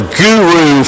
guru